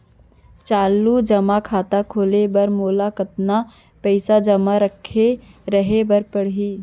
चालू जेमा खाता खोले बर मोला कतना पइसा जेमा रखे रहे बर पड़ही?